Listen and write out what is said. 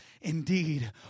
indeed